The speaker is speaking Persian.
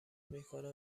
میکنم